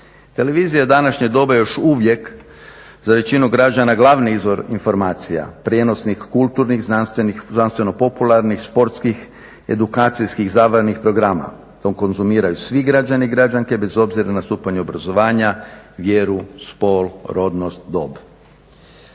Televizija je u današnje doba još uvijek za većinu građana glavni izvor informacija, prijenosnih, kulturnih, znanstveno popularnih, sportskih, edukacijskih izabranih programa. To konzumiraju svi građani, građanke bez obzira na stupanj obrazovanja, vjeru, spol, rodnost, dob.